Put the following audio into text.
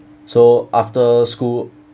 so after school